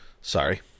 Sorry